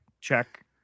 check